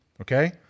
Okay